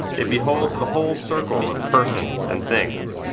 it beholds the whole circle of persons and things,